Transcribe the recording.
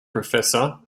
professor